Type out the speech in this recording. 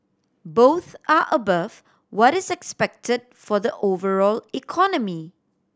both are above what is expected for the overall economy